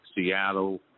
Seattle